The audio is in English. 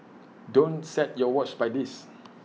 don't set your watch by this